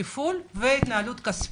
תפעול והתנהלות כספית.